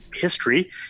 history